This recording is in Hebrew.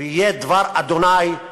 ויהיה דבר ה' לאמור,